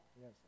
Yes